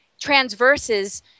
transverses